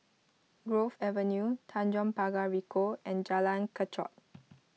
Grove Avenue Tanjong Pagar Ricoh and Jalan Kechot